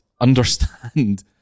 understand